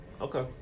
Okay